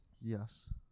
Yes